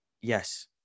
yes